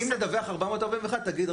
אם נדווח 441 אתה תגיד,